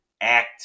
act